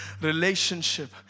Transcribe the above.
relationship